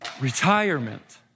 retirement